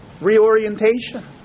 Reorientation